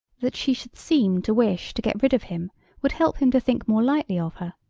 that she should seem to wish to get rid of him would help him to think more lightly of her,